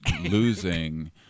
losing